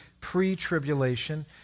pre-tribulation